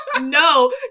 No